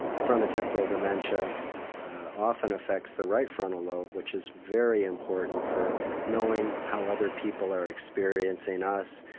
and frontotemporal dementia often affects the right frontal lobe which is very important for knowing how other people are experiencing us,